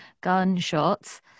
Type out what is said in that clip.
gunshots